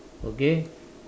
okay